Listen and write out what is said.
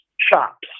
shops